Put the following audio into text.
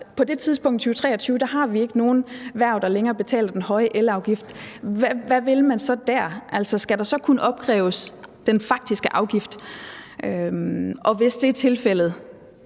på det tidspunkt – i 2023 – har vi ikke nogen erhverv, der længere betaler den høje elafgift. Hvad vil man så der? Skal der så kun opkræves den faktiske afgift? Og hvis det er tilfældet: